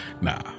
nah